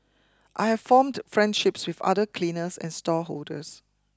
I have formed friendships with other cleaners and stallholders